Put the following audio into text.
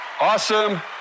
Awesome